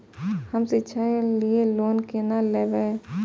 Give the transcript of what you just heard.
हम शिक्षा के लिए लोन केना लैब?